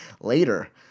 later